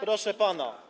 Proszę pana.